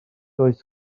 oes